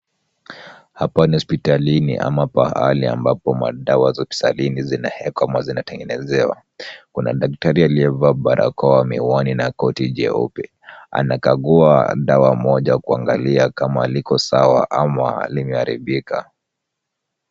Hapa ni hospitalini ama pahali ambapo madawa za hospitalini zinaekwa ama zinatengenezewa. Kuna daktari aliyevaa barakoa, miwani na koti jeupe anakagua dawa moja kwa kuangalia kama liko sawa ama limeharibika.